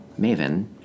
Maven